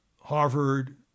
Harvard